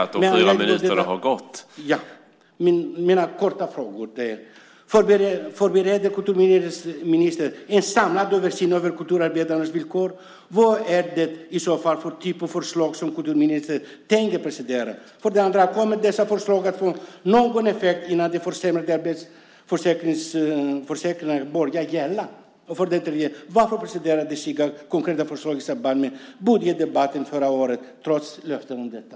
Jag har några frågor till kulturministern. Förbereder kulturministern en samlad översyn över kulturarbetarnas villkor? Vad är det i så fall för typ av förslag som kulturministern tänker presentera? Kommer dessa förslag att få någon effekt innan den försämrade arbetslöshetsförsäkringen börjar gälla? Varför presenterades inga konkreta förslag i samband med budgetdebatten förra året trots löften om detta?